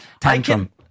tantrum